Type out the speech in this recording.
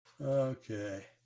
Okay